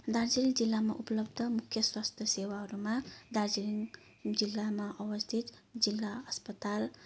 दार्जिलिङ जिल्लामा उपलब्ध मुख्य स्वास्थ्य सेवाहरूमा दार्जिलिङ जिल्लामा अवस्थित जिल्ला अस्पताल